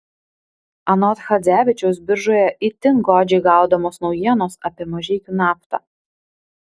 anot chadzevičiaus biržoje itin godžiai gaudomos naujienos apie mažeikių naftą